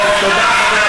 תודה.